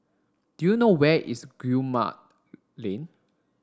do you know where is Guillemard Lane